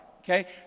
Okay